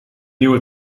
nieuwe